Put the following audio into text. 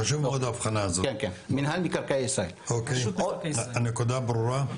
חשוב מאוד האבחנה הזאת, הנקודה ברורה.